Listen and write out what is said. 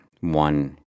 one